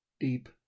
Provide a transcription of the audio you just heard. deep